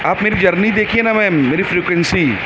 آپ میری جرنی دیکھیے نا میم میری فریکوینسی